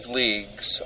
leagues